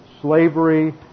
slavery